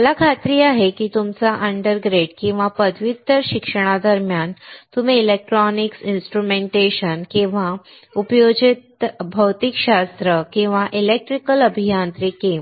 मला खात्री आहे की तुमच्या अंडरग्रेड किंवा पदव्युत्तर शिक्षणादरम्यान तुम्ही इलेक्ट्रॉनिक्स इन्स्ट्रुमेंटेशन किंवा उपयोजित भौतिकशास्त्र किंवा इलेक्ट्रिकल अभियांत्रिकी